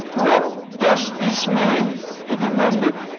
what does this mean? he demanded,